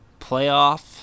playoff